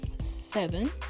seven